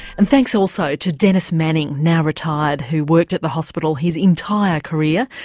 and thanks also to dennis manning, now retired, who worked at the hospital his entire career,